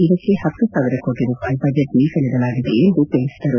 ಇದಕ್ಕೆ ಹತ್ತು ಸಾವಿರ ಕೋಟ ರೂಪಾಯಿ ಬಜೆಟ್ ಮೀಸಲಿಡಲಾಗಿದೆ ಎಂದು ತಿಳಿಸಿದರು